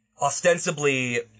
ostensibly